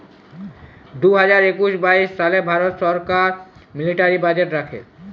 দু হাজার একুশ বাইশ সালে ভারত ছরকার মিলিটারি বাজেট রাখে